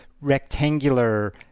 rectangular